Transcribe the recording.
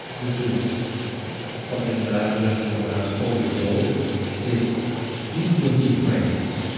this is something that i've learned from when i was twelve years old is eat with your friends,